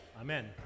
Amen